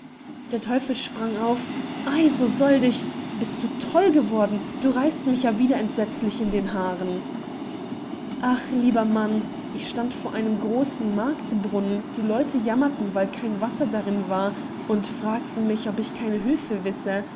der teufel sprang auf ei so soll dich bist du toll geworden du reißt mich ja wieder entsetzlich in den haaren ach lieber mann ich stand vor einem großen marktbrunnen die leute jammerten weil kein wasser darin war und fragten mich ob ich keine hülfe wisse